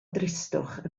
dristwch